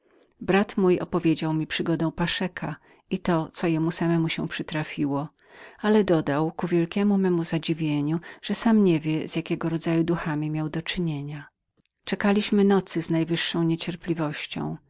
brat mój opowiedział mi przygodę paszeka i to co jemu samemu się przytrafiło ale dodał z wielkiem mojem podziwieniem że sam nie wiedział z jakim rodzajem duchów miał do czynienia czekaliśmy nocy z najżywszą niecierpliwością